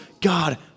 God